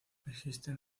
existen